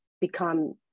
become